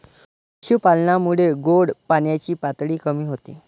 पशुपालनामुळे गोड पाण्याची पातळी कमी होते